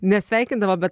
ne sveikindavo bet